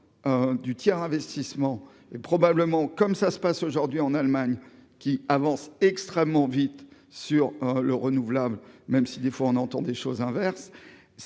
du tiers investissement et probablement comme ça se passe aujourd'hui en Allemagne qui avance extrêmement vite sur le renouvelable, même si des fois, on entend des choses inverse